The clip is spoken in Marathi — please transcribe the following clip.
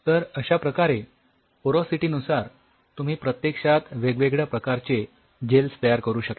तर अश्या प्रकारे पोरॉसिटीनुसार तुम्ही प्रत्यक्षात वेगवेगळ्या प्रकारचे जेल्स तयार करू शकता